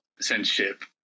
censorship